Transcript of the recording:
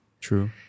True